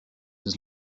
his